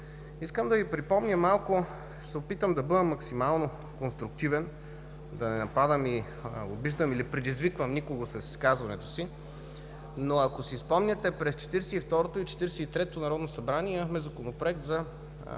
Искам да Ви припомня нещо, като се опитам да бъда максимално конструктивен, като не нападам, обиждам или предизвиквам никого с изказването си. Ако си спомняте, през 42-рото или 43-тото народно събрание имахме Законопроект за